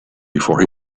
before